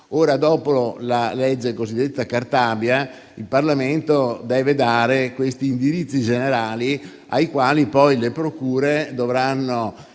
Dopo la cosiddetta legge Cartabia, il Parlamento deve dare questi indirizzi generali, ai quali - poi - le procure dovranno